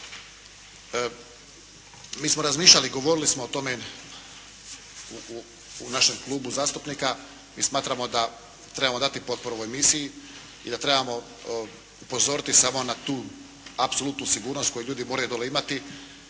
Mi smo razmišljali i govorili smo o tome u našem klubu zastupnika i smatramo da trebamo dati potporu ovoj misiji i da trebamo upozoriti samo na tu apsolutnu sigurnost koju ljudi moraju dole imati